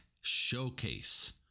showcase